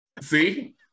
See